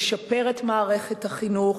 נשפר את מערכת החינוך.